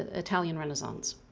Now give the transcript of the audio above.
ah italian renaissance.